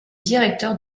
directeur